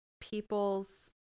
people's